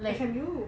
S_M_U